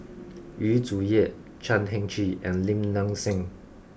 Yu Zhuye Chan Heng Chee and Lim Nang Seng